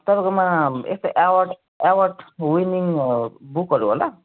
तपाईँकोमा यस्तो award award winning बुकहरू होला